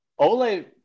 Ole